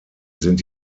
sind